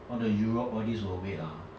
all the europe all this will wait ah